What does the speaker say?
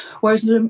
Whereas